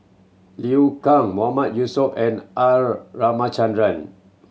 Liu Kang Mahmood Yusof and R Ramachandran